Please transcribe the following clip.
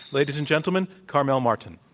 ladies and gentlemen, carmel martin.